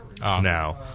now